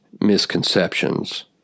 misconceptions